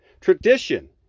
Tradition